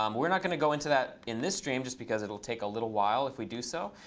um we're not going to go into that in this stream, just because it will take a little while if we do so.